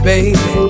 Baby